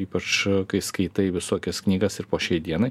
ypač kai skaitai visokias knygas ir po šiai dienai